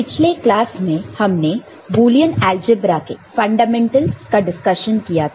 पिछले क्लास में हमने बुलियन अलजेब्रा के फंडामेंटलस का डिस्कशन किया था